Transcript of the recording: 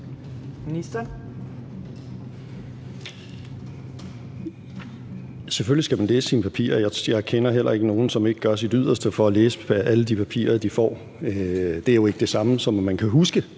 Hækkerup): Selvfølgelig skal man læse sine papirer, og jeg kender heller ikke nogen, som ikke gør deres yderste for at læse alle de papirer, de får. Det er jo ikke det samme, som at man kan huske